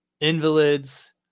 invalids